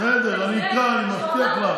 בסדר, אני אקרא, אני מבטיח לך.